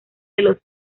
los